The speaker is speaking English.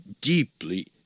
deeply